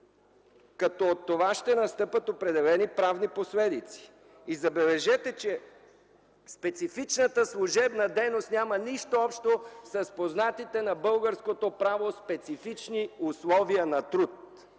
като от това ще настъпят определени правни последици. Забележете, че специфичната служебна дейност няма нищо общо с познатите на българското право специфични условия на труд.